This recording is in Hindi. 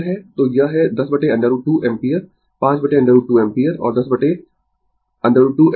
तो यह है 10√ 2 एम्पीयर 5√ 2 एम्पीयर और 10√ 2 एम्पीयर